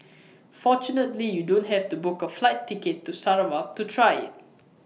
fortunately you don't have to book A flight ticket to Sarawak to try IT